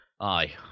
Aye